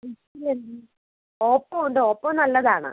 Oppo ഉണ്ട് Oppo നല്ലതാണ്